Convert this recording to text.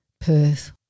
Perth